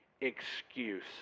excuse